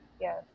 yes